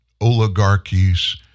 oligarchies